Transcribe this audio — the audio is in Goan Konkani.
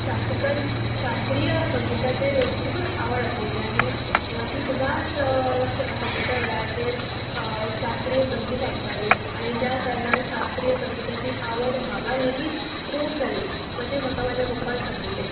क्लासिकल शास्त्रीय संगिताचेर खुबूच आवड आशिल्ली आनी ती सदांच सांजेच्या वेळाचेर शास्त्रीय संगीत आयकताली आनी ज्या कारणान शास्त्रीय संगिताची आवड म्हाका लेगीत खूब जाली अशें म्हाका म्हाज्या पप्पान सांगिल्लें